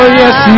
yes